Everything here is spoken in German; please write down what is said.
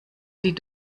die